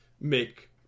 make